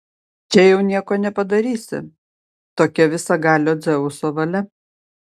čia jau nieko nepadarysi tokia visagalio dzeuso valia